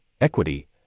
equity